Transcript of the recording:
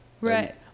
Right